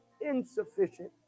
insufficient